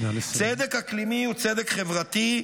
צדק אקלימי הוא צדק חברתי,